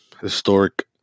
historic